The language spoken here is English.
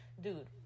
dude